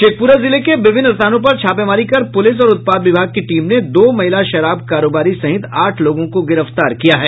शेखपुरा जिले के विभिन्न स्थानों पर छापेमारी कर पुलिस और उत्पाद विभाग की टीम ने दो महिला शराब कारोबारी सहित आठ लोगों को गिरफ्तार किया है